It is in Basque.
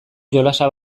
jolasa